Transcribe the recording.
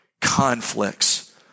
conflicts